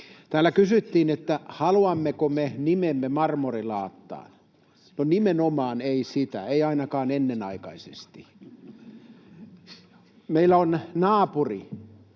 Täällä kysyttiin, haluammeko me nimemme marmorilaattaan. No nimenomaan ei sitä, ei ainakaan ennenaikaisesti. Meillä on naapuri,